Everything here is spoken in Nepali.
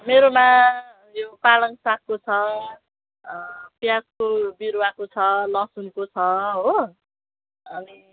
मेरोमा यो पालङ्क सागको छ प्याजको बिरुवाको छ लसुनको छ हो अनि